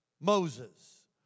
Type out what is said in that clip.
Moses